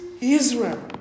Israel